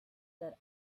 that